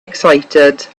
excited